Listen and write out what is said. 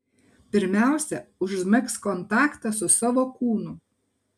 pirmiausia užmegzk kontaktą su savo kūnu